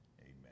amen